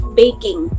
baking